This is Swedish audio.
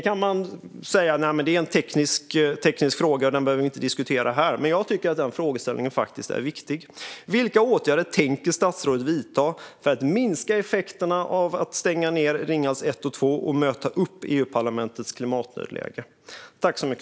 Man kan säga att det är en teknisk fråga som vi inte behöver diskutera här, men jag tycker att det är en viktig frågeställning. Vilka åtgärder tänker statsrådet vidta för att minska effekterna av nedstängningen av Ringhals 1 och 2 och möta upp EU-parlamentets klimatnödläge?